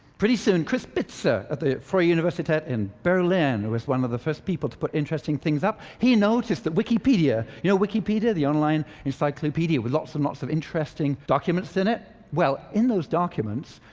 pretty soon chris bizer at the freie universitat in berlin who was one of the first people to put interesting things up, he noticed that wikipedia you know wikipedia, the online encyclopedia with lots and lots of interesting documents in it. well, in those documents,